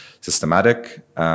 systematic